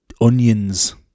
onions